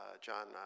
John